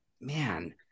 man